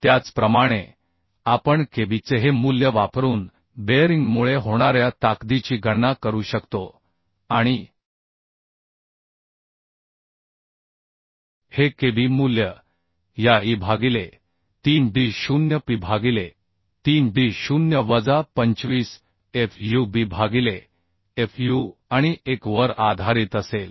त्याचप्रमाणे आपण Kb चे हे मूल्य वापरून बेअरिंगमुळे होणाऱ्या ताकदीची गणना करू शकतो आणि हे Kb मूल्य या e भागिले 3d0 P भागिले 3d0 वजा 25 fub भागिले fu आणि 1 वर आधारित असेल